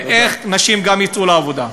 ואיך נשים גם יצאו לעבודה.